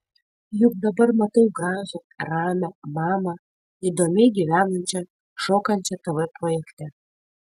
juk dabar matau gražią ramią mamą įdomiai gyvenančią šokančią tv projekte